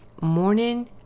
Morning